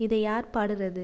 இதை யார் பாடுகிறது